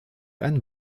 ein